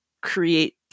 create